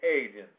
agents